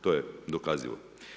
To je dokazivo.